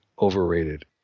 overrated